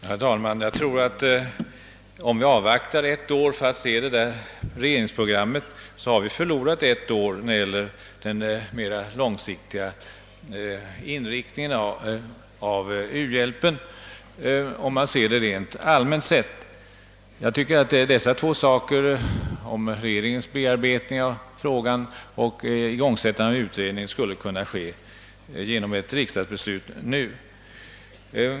Herr talman! Jag tror att om vi avvaktar ett år för att få se detta regeringsprogram, så förlorar vi därmed ett år när det gäller den mera långsiktiga inriktningen av u-hjälpen, rent allmänt sett. Jag tycker att dessa två saker — regeringens bearbetning av program frågan och igångsättande av utredningen — skulle kunna beslutas av riksdagen nu.